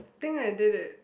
I think I did it